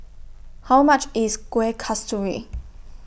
How much IS Kuih Kasturi